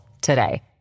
today